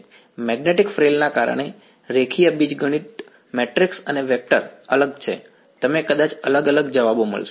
magnetic ફ્રિલ કારણ કે રેખીય બીજગણિત મેટ્રિક્સ અને વેક્ટર અલગ છે તમને કદાચ અલગ અલગ જવાબો મળશે